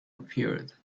appeared